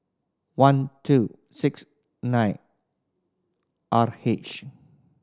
one two six nine R H